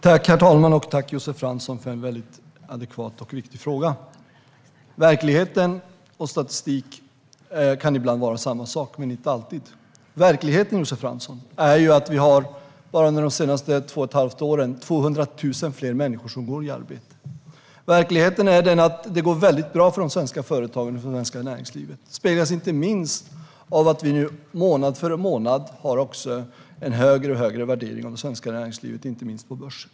Herr talman! Tack, Josef Fransson, för en väldigt adekvat och viktig fråga. Verklighet och statistik kan ibland vara samma sak men inte alltid. Verkligheten, Josef Fransson, är att vi under de senaste två och ett halvt åren har 200 000 fler människor som går i arbete. Verkligheten är den att det går väldigt bra för de svenska företagen och det svenska näringslivet. Det speglas inte minst av att vi nu månad för månad har en allt högre värdering av det svenska näringslivet inte minst på börsen.